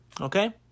okay